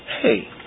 Hey